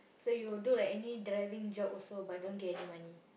so you would do like any driving job also but don't get any money